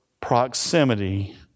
proximity